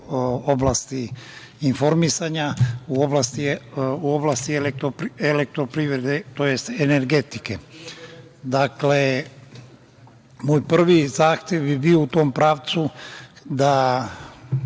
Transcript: u oblasti informisanja, u oblasti elektroprivrede, tj. energetike. Moj prvi zahtev bi bio u tom pravcu da